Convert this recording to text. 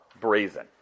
brazen